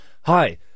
Hi